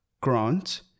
Grant